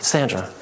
Sandra